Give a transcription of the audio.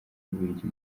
bubiligi